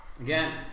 Again